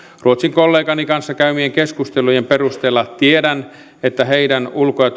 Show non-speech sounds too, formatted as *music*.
ruotsin kollegani kanssa käymieni keskustelujen perusteella tiedän että heidän ulko ja *unintelligible*